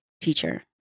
teacher